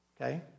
okay